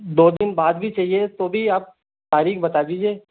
दो दिन बाद भी चाहिए तो भी आप तारीख बता दीजिए